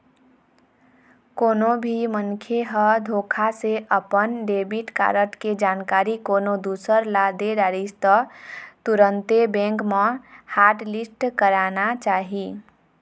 कोनो भी मनखे ह धोखा से अपन डेबिट कारड के जानकारी कोनो दूसर ल दे डरिस त तुरते बेंक म हॉटलिस्ट कराना चाही